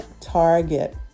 Target